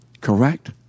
Correct